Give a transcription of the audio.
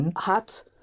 hat